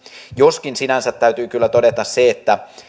joskin sinänsä täytyy kyllä todeta se että